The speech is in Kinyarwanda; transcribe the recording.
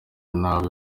nabi